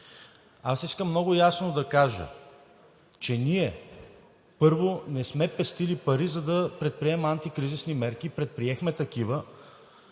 Аз искам много ясно да кажа, че ние, първо, не сме пестили пари, за да предприемем антикризисни мерки. Предприехме такива,